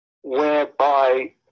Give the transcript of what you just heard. whereby